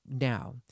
now